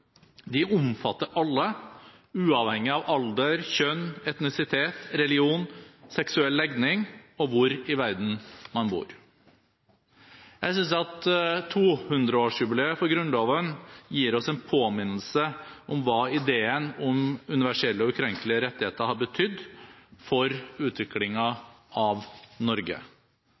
De omfatter alle, uavhengig av alder, kjønn, etnisitet, religion, seksuell legning og hvor i verden man bor. 200-årsjubileet for Grunnloven gir oss en påminnelse om hva ideen om universelle og ukrenkelige rettigheter har betydd for utviklingen av Norge.